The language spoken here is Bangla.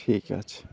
ঠিক আছে